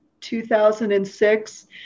2006